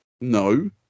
No